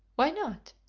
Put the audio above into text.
why not?